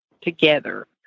together